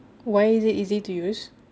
why is it easy to use